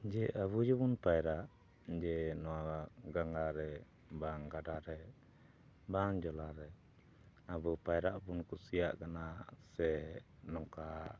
ᱡᱮ ᱟᱵᱚ ᱡᱮᱵᱚᱱ ᱯᱟᱭᱨᱟᱜ ᱡᱮ ᱱᱚᱣᱟ ᱜᱚᱝᱜᱟᱨᱮ ᱵᱟᱝ ᱜᱟᱰᱟ ᱨᱮ ᱵᱟᱝ ᱡᱚᱞᱟ ᱨᱮ ᱟᱵᱚ ᱯᱟᱭᱨᱟᱜ ᱵᱚᱱ ᱠᱩᱥᱤᱭᱟᱜ ᱠᱟᱱᱟ ᱥᱮ ᱱᱚᱝᱠᱟ